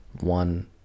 one